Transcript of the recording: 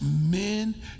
men